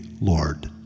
Lord